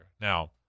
Now